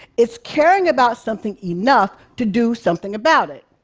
it's caring about something enough to do something about it.